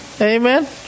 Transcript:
Amen